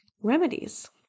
remedies